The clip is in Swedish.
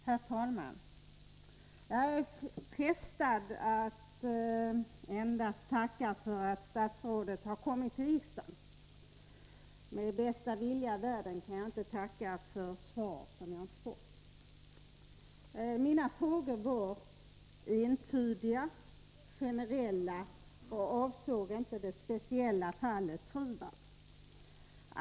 Herr talman! Jag är frestad att endast tacka för att statsrådet har kommit till riksdagen. Med bästa vilja i världen kan jag inte tacka för svar som jag inte har fått. Mina frågor var entydiga, generella och avsåg inte det speciella fallet Trivab.